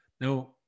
Now